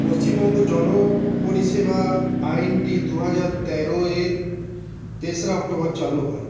পশ্চিমবঙ্গ জন পরিষেবা আইনটি দুহাজার তেরো এর তেসরা অক্টোবর চালু হয়